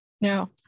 No